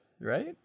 right